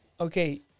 okay